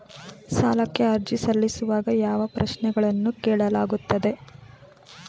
ಸಾಲಕ್ಕೆ ಅರ್ಜಿ ಸಲ್ಲಿಸುವಾಗ ಯಾವ ಪ್ರಶ್ನೆಗಳನ್ನು ಕೇಳಲಾಗುತ್ತದೆ?